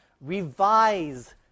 revise